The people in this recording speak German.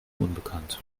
unbekannt